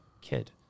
kid